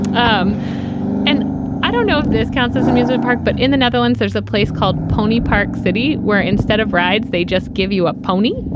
um and i don't know if this counts as amusement park, but in the netherlands, there's a place called pony park city where instead of rides, they just give you a pony.